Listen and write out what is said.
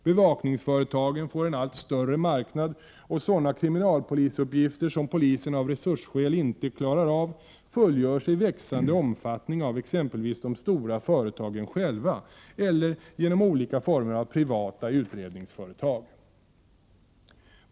Bevakningsföretagen får en allt större marknad, och sådana kriminalpolisuppgifter som polisen av resursskäl inte klarar av fullgörs i en växande omfattning av exempelvis de stora företagen själva eller genom olika former av privata utredningsföretag.